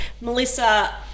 Melissa